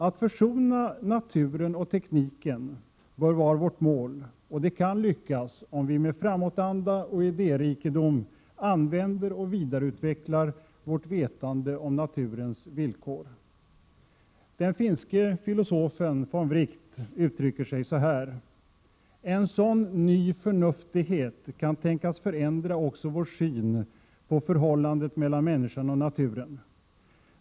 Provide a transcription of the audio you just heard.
Att försona naturen och tekniken bör vara vårt mål, och det kan lyckas om vi med framåtanda och idérikedom använder och vidareutvecklar vårt vetande om naturens villkor. Den finske filosofen von Wright uttrycker sig så här: ”En sådan ny förnuftighet kunde tänkas förändra också vår syn på förhållandet mellan människan och naturen.